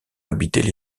habitaient